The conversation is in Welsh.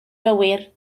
gywir